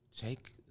take